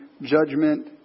judgment